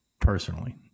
personally